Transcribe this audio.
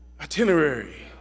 itinerary